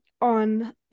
on